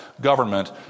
government